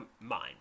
mind